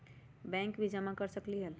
Bank में भी जमा कर सकलीहल?